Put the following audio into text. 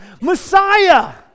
messiah